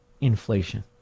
inflation